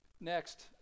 Next